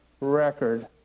record